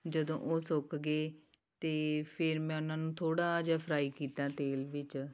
ਜਦੋਂ ਉਹ ਸੁੱਕ ਗਏ ਅਤੇ ਫਿਰ ਮੈਂ ਉਹਨਾਂ ਨੂੰ ਥੋੜ੍ਹਾ ਜਿਹਾ ਫਰਾਈ ਕੀਤਾ ਤੇਲ ਵਿੱਚ